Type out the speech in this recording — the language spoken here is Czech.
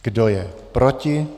Kdo je proti?